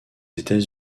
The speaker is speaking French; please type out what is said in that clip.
états